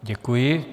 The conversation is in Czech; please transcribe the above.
Děkuji.